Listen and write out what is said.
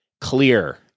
clear